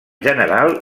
general